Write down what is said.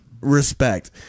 respect